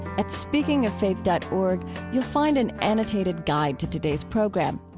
at speakingoffaith dot org, you'll find an annotated guide to today's program.